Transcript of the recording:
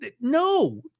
No